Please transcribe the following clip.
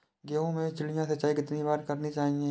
गेहूँ में चिड़िया सिंचाई कितनी बार करनी चाहिए?